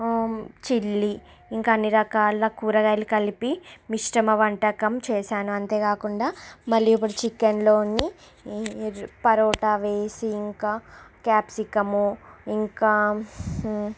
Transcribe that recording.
చిల్లి ఇంకా అన్నీ రకాల కూరగాయలు కలిపి మిశ్రమ వంటకం చేశాను అంతేకాకుండా మళ్ళీ ఇప్పుడు చికెన్లోని నీర్ పరోటా వేసి ఇంకా క్యాప్సికము ఇంకా